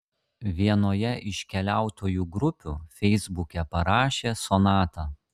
vienoje iš keliautojų grupių feisbuke parašė sonata